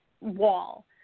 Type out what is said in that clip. wall